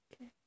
Okay